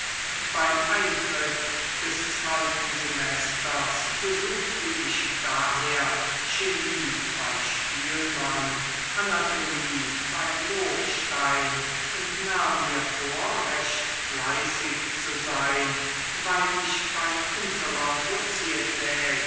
beim eintritt des zweiten semesters besuchte ich daher chemie bei spielmann anatomie bei lobstein und nahm mir vor recht fleißig zu sein weil ich bei unserer sozietät